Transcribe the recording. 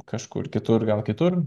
kažkur kitur gal kitur